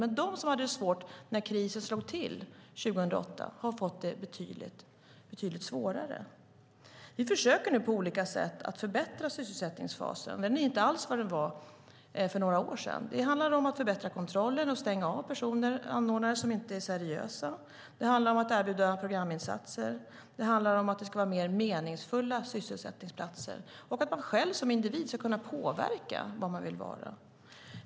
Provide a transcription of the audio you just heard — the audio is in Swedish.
Men de som hade det svårt när krisen slog till 2008 har fått det betydligt svårare. Vi försöker nu på olika sätt att förbättra sysselsättningsfasen. Den är inte alls vad den var för några år sedan. Det handlar om att förbättra kontrollen och stänga av anordnare som inte är seriösa. Det handlar om att erbjuda programinsatser. Det handlar om att det ska vara mer meningsfulla sysselsättningsplatser och att man själv som individ ska kunna påverka var man ska vara.